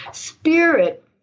spirit